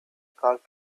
called